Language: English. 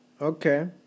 Okay